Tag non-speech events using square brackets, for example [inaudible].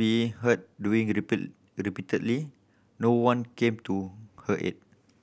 be heard doing [unintelligible] repeatedly no one came to her aid